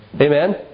Amen